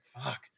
fuck